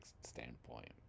standpoint